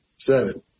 Seven